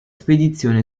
spedizione